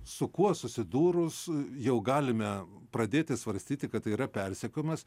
su kuo susidūrus jau galime pradėti svarstyti kad tai yra persekiojimas